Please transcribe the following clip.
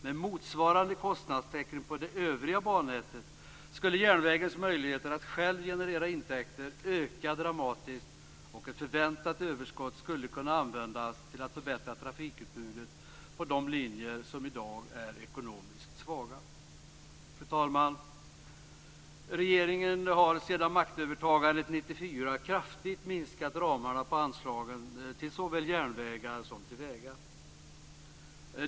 Med motsvarande kostnadssänkning på det övriga bannätet skulle järnvägens möjligheter att själv generera intäkter öka dramatiskt, och ett förväntat överskott skulle kunna användas till att förbättra trafikutbudet på de linjer som i dag är ekonomiskt svaga. Fru talman! Regeringen har sedan maktövertagandet 1994 kraftigt minskat ramarna för anslagen till såväl järnvägar som vägar.